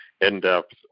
in-depth